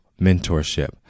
mentorship